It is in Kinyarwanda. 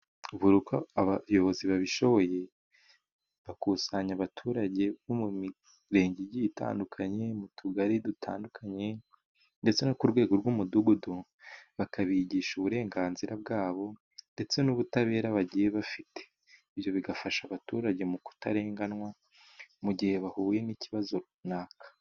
Buri uko abayobozi babishoboye bakusanya abaturage bo mu mirenge igiye itandukanye, mu tugari dutandukanye ndetse no ku rwego rw'umudugudu, bakabigisha uburenganzira bwabo ndetse n'ubutabera bagiye bafite. ibyo bigafasha abaturage mu kutarenganwa mu gihe bahuye n'ikibazo runaka.